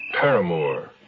Paramour